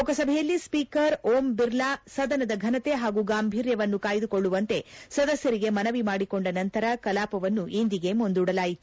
ಲೋಕಸಭೆಯಲ್ಲಿ ಸ್ವೀಕರ್ ಓಂ ಬಿರ್ಲಾ ಸದನದ ಫನತೆ ಹಾಗೂ ಗಾಂಭೀರ್ಯವನ್ನು ಕಾಯ್ದುಕೊಳ್ಳುವಂತೆ ಸದಸ್ಲರಿಗೆ ಮನವಿ ಮಾಡಿಕೊಂಡ ನಂತರ ಕಲಾಪವನ್ನು ಇಂದಿಗೆ ಮುಂದೂಡಿದರು